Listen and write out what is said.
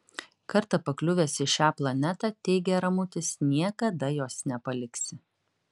kartą pakliuvęs į šią planetą teigė ramutis niekada jos nepaliksi